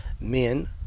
men